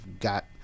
got –